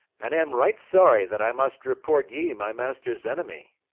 and am right sorry that i must report ye my master's enemy.